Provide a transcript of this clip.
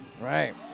right